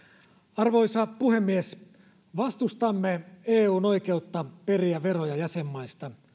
arvoisa puhemies vastustamme eun oikeutta periä veroja jäsenmaista